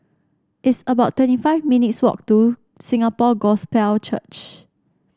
it's about twenty five minutes' walk to Singapore Gospel Church